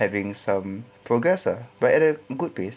having some progress ah but at a good pace